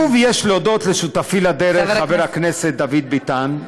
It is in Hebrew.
שוב, יש להודות לשותפי לדרך, חבר הכנסת דוד ביטן.